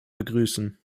begrüßen